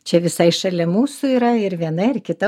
čia visai šalia mūsų yra ir viena ir kita